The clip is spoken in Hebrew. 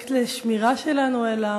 אובייקט לשמירה שלנו, אלא